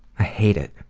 i hate it.